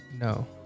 No